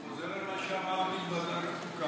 אני חוזר על מה שאמרתי בוועדת החוקה: